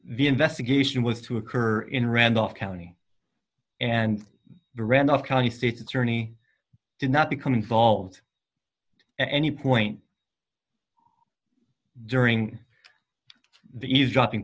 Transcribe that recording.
the investigation was to occur in randolph county and the randolph county state's attorney did not become involved in any point during the eavesdropping